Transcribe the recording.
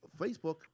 Facebook